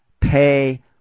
pay